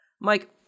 Mike